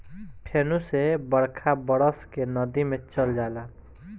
फेनू से बरखा बरस के नदी मे चल जाला